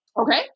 Okay